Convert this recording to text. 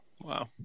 Wow